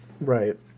Right